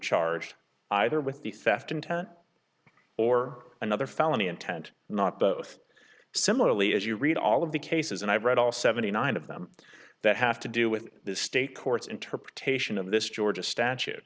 charged either with the theft intent or another felony intent not both similarly as you read all of the cases and i've read all seventy nine of them that have to do with the state courts interpretation of this georgia statu